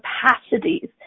capacities